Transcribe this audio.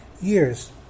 years